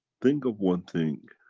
think of one thing,